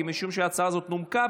משום שההצעה הזאת נומקה.